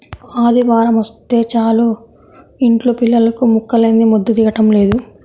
ఆదివారమొస్తే చాలు యింట్లో పిల్లలకు ముక్కలేందే ముద్ద దిగటం లేదు